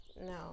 No